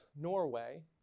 Norway